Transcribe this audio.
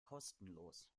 kostenlos